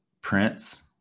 Prince